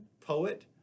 poet